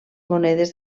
monedes